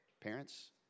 Parents